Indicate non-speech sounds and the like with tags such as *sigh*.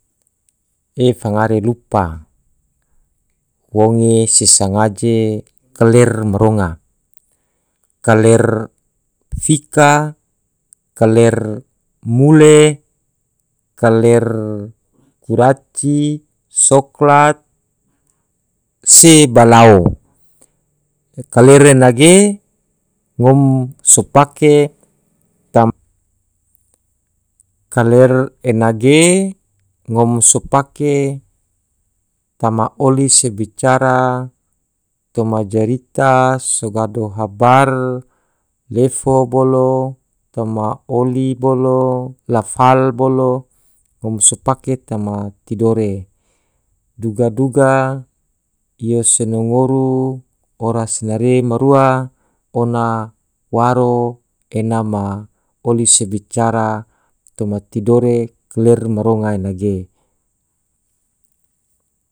E fangare lupa, wonge se sangaje kler ma ronga, kaler fika, kaler mule, kaler kuraci, soklat, se balao, kaler nage ngom so pake tam *hesitation* kaler enage ngom so pake toma oli se bicara, toma jarita, so gado habar, lefo bolo, toma oli bolo, lafal bolo, ngom so pake toma tidore, duga-duga io se nangoru oras nare marua ona waro ena ma oli se bicara toma tidore kler ma ronga ena ge.